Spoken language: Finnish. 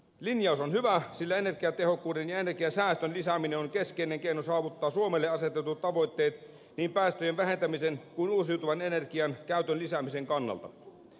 linjaus on hyvä sillä energiatehokkuuden ja energiansäästön lisääminen on keskeinen keino saavuttaa suomelle asetetut tavoitteet niin päästöjen vähentämisen kuin uusiutuvan energian käytön lisäämisen kannalta